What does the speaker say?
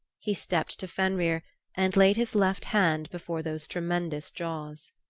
he stepped to fenrir and laid his left hand before those tremendous jaws.